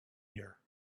year